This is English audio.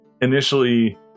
Initially